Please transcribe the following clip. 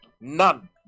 none